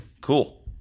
cool